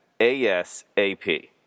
ASAP